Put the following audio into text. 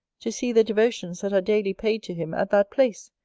to see the devotions that are daily paid to him at that place!